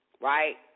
right